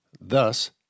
Thus